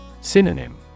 Synonym